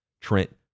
Trent